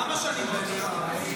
כמה שנים דנים?